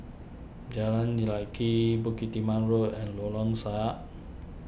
Jalan Lye Kwee Bukit Timah Road and Lorong Sarhad